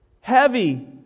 heavy